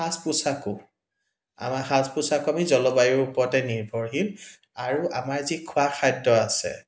সাজ পোচাকো আমাৰ সাজ পোচাক আমি জলবায়ুৰ ওপৰতে নিৰ্ভৰশীল আৰু আমাৰ যি খোৱা খাদ্য আছে